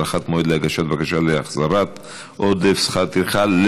(הארכת מועד להגשת בקשה להחזרת עודף שכר טרחה),